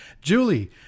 Julie